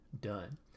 done